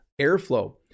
airflow